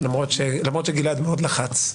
למרות שגלעד מאוד לחץ.